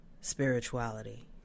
spirituality